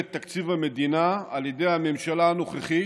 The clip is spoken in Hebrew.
תקציב המדינה על ידי הממשלה הנוכחית,